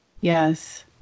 Yes